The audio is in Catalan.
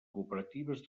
cooperatives